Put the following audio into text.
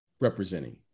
representing